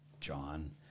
John